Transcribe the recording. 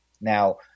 Now